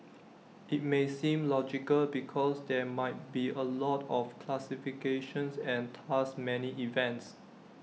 IT may seem logical because there might be A lot of classifications and thus many events